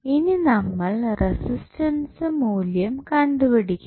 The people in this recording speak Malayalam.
ഇനി നമ്മൾ റസിസ്റ്റൻസ് മൂല്യം കണ്ടുപിടിക്കണം